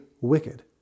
wicked